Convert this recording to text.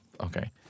Okay